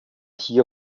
hier